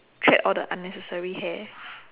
thread all the unnecessary hair